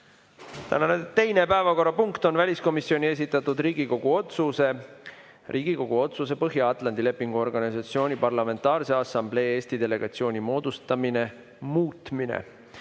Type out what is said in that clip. teine päevakorrapunkt on väliskomisjoni esitatud Riigikogu otsuse "Riigikogu otsuse "Põhja-Atlandi Lepingu Organisatsiooni Parlamentaarse Assamblee Eesti delegatsiooni moodustamine" muutmine"